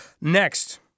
Next